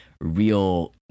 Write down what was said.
real